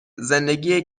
زندگی